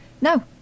No